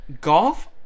golf